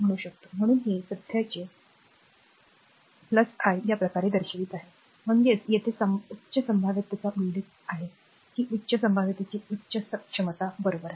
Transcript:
म्हणून हे सध्याचे r i या प्रकारे दर्शवित आहे म्हणजेच येथे उच्च संभाव्यतेचा उल्लेख आहे की उच्च संभाव्यतेची उच्च क्षमता बरोबर